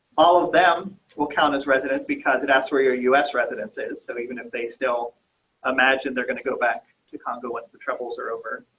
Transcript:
all of them will count as resident because it asked where your us residences. so even if they still imagine they're going to go back to congo, what's the troubles are over,